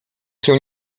się